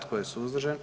Tko je suzdržan?